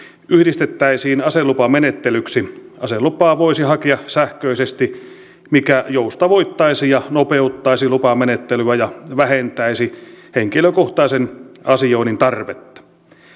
yhdistettäisiin aselupamenettelyksi aselupaa voisi hakea sähköisesti mikä joustavoittaisi ja nopeuttaisi lupamenettelyä ja vähentäisi henkilökohtaisen asioinnin tarvetta